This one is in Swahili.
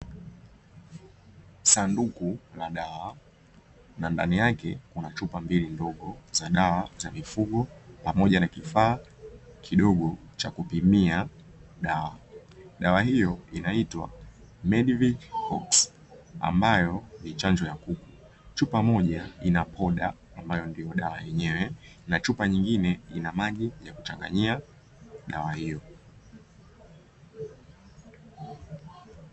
Sanduku la dawa na ndani yake kuna chupa mbili ndogo za dawa za mifugo pamoja na kifaa kidogo cha kupimia dawa, dawa hiyo inaitwa mediving oxsi ambayo ni chanjo ya kuku chupa moja ina poda ambayo ndio dawa yenyewe na chupa nyingine ina maji ya kuchanganyia na dawa hiyo.